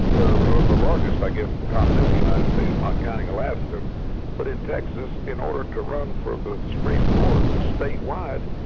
ah ah the largest i guess in the continental united states, not counting alaska but in texas, in order to run for the supreme court state wide,